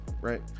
right